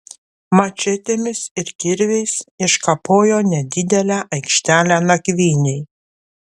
mačetėmis ir kirviais iškapojo nedidelę aikštelę nakvynei